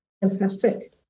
Fantastic